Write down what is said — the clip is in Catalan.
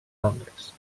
londres